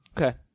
Okay